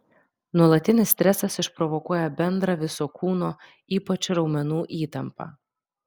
nuolatinis stresas išprovokuoja bendrą viso kūno ypač raumenų įtampą